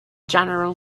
general